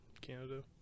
Canada